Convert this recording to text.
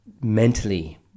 mentally